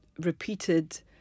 repeated